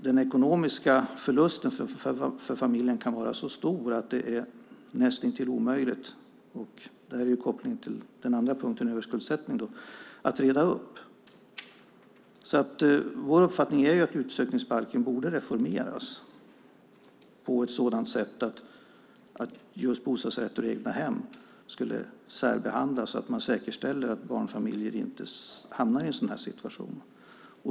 Den ekonomiska förlusten för familjen kan vara så stor att det är näst intill omöjligt att reda upp, och det är en koppling till den andra punkten om överskuldsättning. Vår uppfattning är att utsökningsbalken borde reformeras på ett sådant sätt att just bostadsrätter och egnahem skulle särbehandlas så att man säkerställer att barnfamiljer inte hamnar i en sådan här situation.